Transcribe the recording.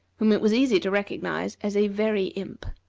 whom it was easy to recognize as a very imp.